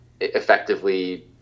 effectively